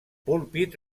púlpit